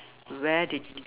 where did you